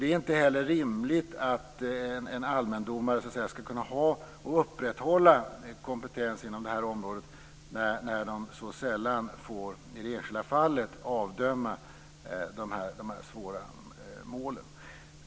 Det är inte heller rimligt att allmändomare skall kunna ha och upprätthålla kompetens inom det här området när de så sällan får avdöma dessa svåra mål.